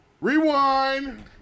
Rewind